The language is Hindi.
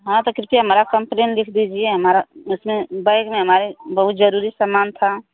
हाँ तो कृपया हमारा कंप्लेन लिख दीजिए हमारा उसमें बैग में हमारे बहुत जरूरी समान था